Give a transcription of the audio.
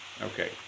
Okay